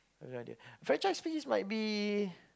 any idea franchise things might be